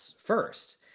first